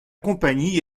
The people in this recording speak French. compagnie